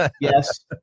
Yes